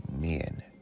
men